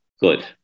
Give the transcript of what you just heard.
good